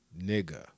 nigga